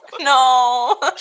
No